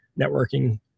networking